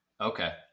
Okay